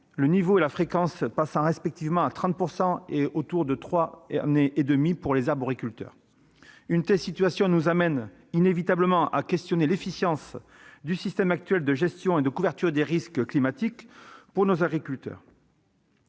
le niveau et la fréquence passant respectivement à 30 % tous les trois ans et demi pour les arboriculteurs. Une telle situation nous amène inévitablement à remettre en question l'efficience du système actuel de gestion et de couverture des risques climatiques pour les agriculteurs.